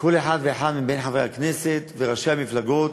כל אחד ואחד מחברי הכנסת וראשי המפלגות,